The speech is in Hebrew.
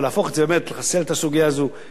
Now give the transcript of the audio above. לחסל את הסוגיה הזו אחת ולתמיד.